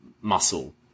muscle